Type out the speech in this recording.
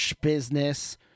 business